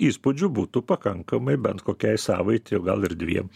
įspūdžių būtų pakankamai bet kokiai savaitei o gal ir dviem